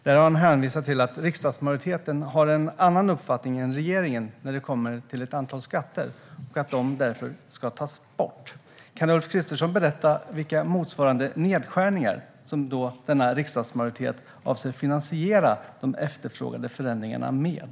Där har han hänvisat till att riksdagsmajoriteten har en annan uppfattning än regeringen när det kommer till ett antal skatter och att de därför ska tas bort. Kan Ulf Kristersson berätta vilka motsvarande nedskärningar som denna riksdagsmajoritet avser att finansiera de efterfrågade förändringarna med?